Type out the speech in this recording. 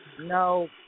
No